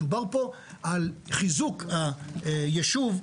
מדובר פה על חיזוק הישוב.